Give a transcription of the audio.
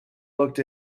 looked